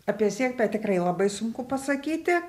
apie sėkmę tikrai labai sunku pasakyti